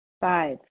Five